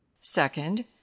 second